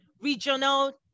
regional